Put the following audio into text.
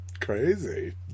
Crazy